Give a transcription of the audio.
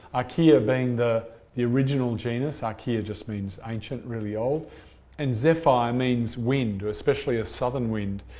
archaea being the the original genus archaea just means ancient, really old and zephyr means wind, or especially a southern wind.